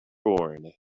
born